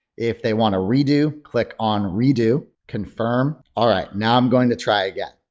if they want to redo click on redo, confirm. all right, now i'm going to try again.